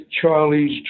Charlie's